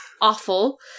awful